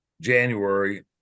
January